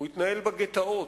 הוא התנהל בגטאות,